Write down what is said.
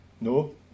No